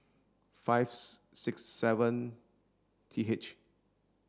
five six seven T H